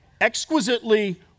Exquisitely